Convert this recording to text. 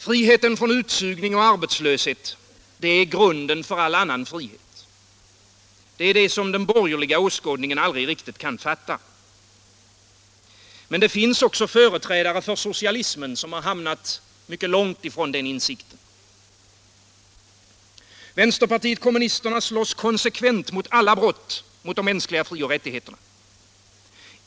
Frihet från utsugning och arbetslöshet är grunden för all annan frihet. Detta kan borgerlig åskådning aldrig fatta. Men det finns också företrädare för socialismen, vilka har hamnat mycket långt från den insikten. Vänsterpartiet kommunisterna slåss konsekvent mot alla brott mot de mänskliga fri och rättigheterna.